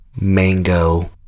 mango